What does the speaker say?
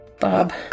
Bob